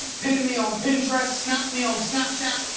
pin me on pinterest. snap me on snapchat.